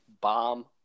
bomb